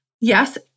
yes